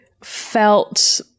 felt